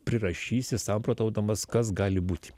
prirašysi samprotaudamas kas gali būti